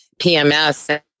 PMS